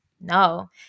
No